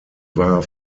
war